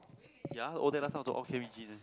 ya old day lah some of the okay we gym